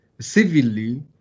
civilly